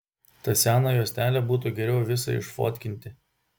tą seną juostelę būtų geriau visą išfotkinti